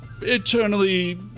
eternally